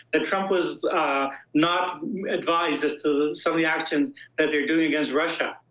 that trump was not advised as to some of the actions that they're doing against russia,